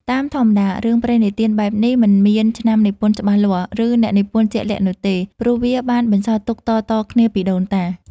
តាមធម្មតា រឿងព្រេងនិទានបែបនេះ មិនមានឆ្នាំនិពន្ធច្បាស់លាស់ ឬអ្នកនិពន្ធជាក់លាក់នោះទេ ព្រោះវាបានបន្សល់ទុកតៗគ្នាពីដូនតា។